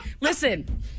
Listen